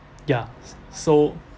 ya so